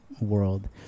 world